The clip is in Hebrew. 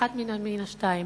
אחת משתיים,